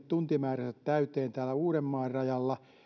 tuntimääränsä täyteen uudenmaan rajalla